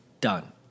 done